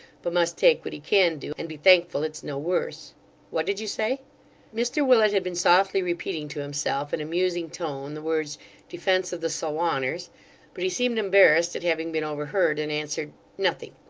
but must take what he can do, and be thankful it's no worse what did you say mr willet had been softly repeating to himself, in a musing tone, the words defence of the salwanners but he seemed embarrassed at having been overheard, and answered nothing.